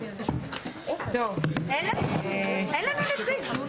הישיבה